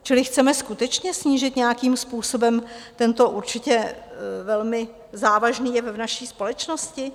Čili chceme skutečně snížit nějakým způsobem tento určitě velmi závažný jev v naší společnosti?